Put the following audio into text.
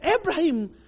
Abraham